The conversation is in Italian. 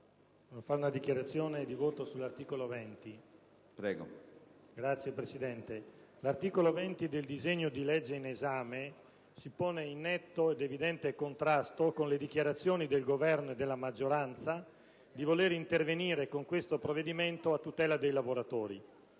di parlare per dichiarazione di voto. PRESIDENTE. Ne ha facoltà. CASSON *(PD)*. Signor Presidente, l'articolo 20 del disegno di legge in esame si pone in netto ed evidente contrasto con le dichiarazioni del Governo e della maggioranza di voler intervenire con questo provvedimento a tutela dei lavoratori.